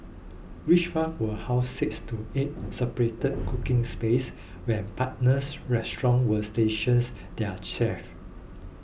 each one will house six to eight separate cooking spaces where partners restaurants will stations their chefs